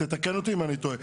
תתקן אותי אם אני טועה,